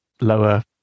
lower